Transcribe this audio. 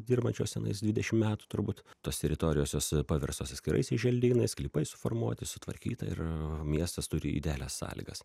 dirbančios tenais dvidešim metų turbūt tos teritorijos jos paverstos atskiraisiais želdynais sklypai suformuoti sutvarkyta ir miestas turi idealias sąlygas